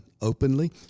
openly